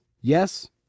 yes